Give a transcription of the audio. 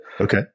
okay